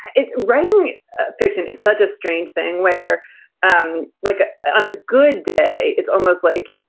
it's writing fiction is such a strange thing where um like on a good day, it's almost like,